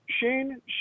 Shane